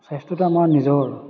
স্বাস্থ্যটো আমাৰ নিজৰ